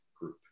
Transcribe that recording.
Group